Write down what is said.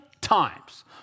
times